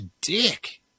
dick